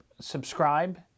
subscribe